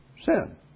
sin